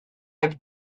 have